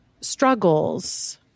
struggles